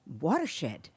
Watershed